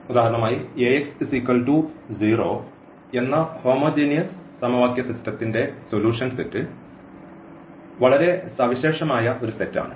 ഉദാഹരണമായി Ax0 എന്ന homogeneous സമവാക്യ സിസ്റ്റത്തിന്റെ സൊല്യൂഷൻ സെറ്റ് വളരെ സവിശേഷമായ ഒരു സെറ്റാണ്